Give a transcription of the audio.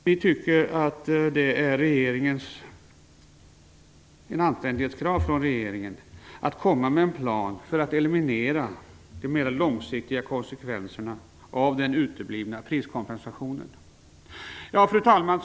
Vi tycker att det är ett anständighetskrav att regeringen kommer med en plan för att eliminera de mera långsiktiga konsekvenserna av den uteblivna priskompensationen. Fru talman!